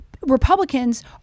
Republicans